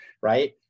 right